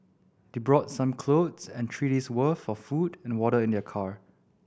they brought some clothes and three worth for food and water in their car